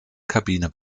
kabine